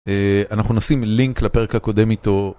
אנחנו נשים לינק לפרק הקודם איתו.